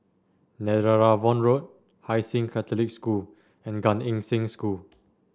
Netheravon Road Hai Sing Catholic School and Gan Eng Seng School